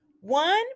one